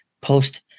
post